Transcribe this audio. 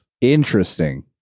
Interesting